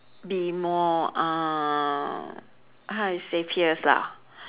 be more uh how you say fierce lah